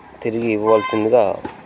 తిరిగి ఇవ్వవలసిందిగా